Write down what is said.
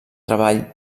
treball